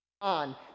on